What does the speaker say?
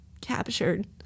captured